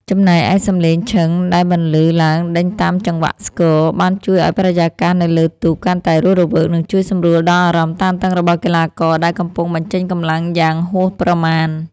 ចំណែកឯសំឡេងឈឹងដែលបន្លឺឡើងដេញតាមចង្វាក់ស្គរ បានជួយឱ្យបរិយាកាសនៅលើទូកកាន់តែរស់រវើក និងជួយសម្រួលដល់អារម្មណ៍តានតឹងរបស់កីឡាករដែលកំពុងបញ្ចេញកម្លាំងយ៉ាងហួសប្រមាណ។